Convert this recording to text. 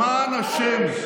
למען השם,